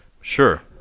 Sure